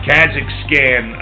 Kazakhstan